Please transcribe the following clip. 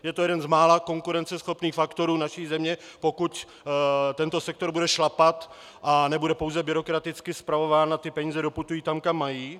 Je to jeden z mála konkurenceschopných faktorů naší země, pokud tento sektor bude šlapat a nebude pouze byrokraticky spravován a ty peníze doputují tam, kam mají.